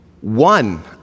one